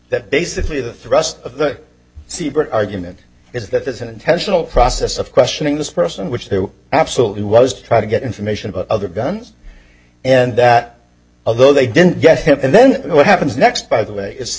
that basically the thrust of the seabird argument is that there's an intentional process of questioning this person which they were absolute he was trying to get information about other guns and that although they didn't get him and then what happens next by the way is